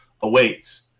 awaits